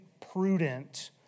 prudent